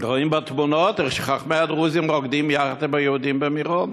רואים בתמונות איך חכמי הדרוזים רוקדים יחד עם היהודים במירון.